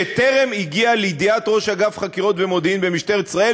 שטרם הגיע לידיעת ראש אגף חקירות ומודיעין במשטרת ישראל